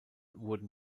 wurden